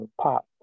pop